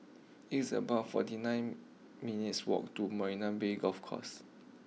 it's about forty nine minutes' walk to Marina Bay Golf Course